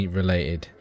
related